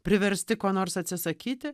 priversti ko nors atsisakyti